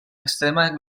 extrema